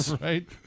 Right